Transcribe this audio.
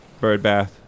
birdbath